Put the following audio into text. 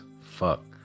Fuck